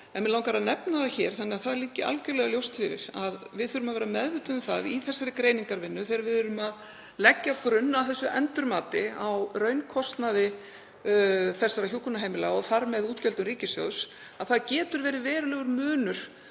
En mig langar að nefna það hér, þannig að það liggi algjörlega ljóst fyrir, að við þurfum að vera meðvituð um það í greiningarvinnunni, þegar við erum að leggja grunn að endurmati á raunkostnaði þessara hjúkrunarheimila og þar með útgjöldum ríkissjóðs, að það getur verið verulegur munur